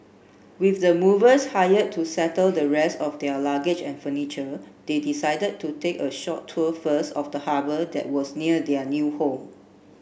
with the movers hired to settle the rest of their luggage and furniture they decided to take a short tour first of the harbour that was near their new home